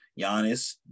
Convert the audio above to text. Giannis